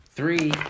Three